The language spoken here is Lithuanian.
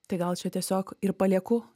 tai gal čia tiesiog ir palieku